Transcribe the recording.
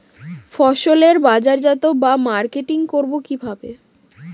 ফসলের বাজারজাত বা মার্কেটিং করব কিভাবে?